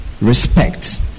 respect